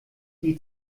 die